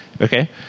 okay